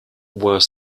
were